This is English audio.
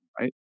right